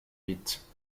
vite